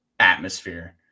atmosphere